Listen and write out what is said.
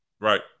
Right